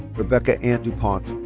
rebecca ann dupont.